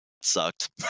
sucked